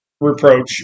reproach